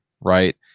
right